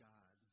God